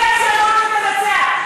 הציונות הזאת,